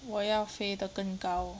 我要飞得更高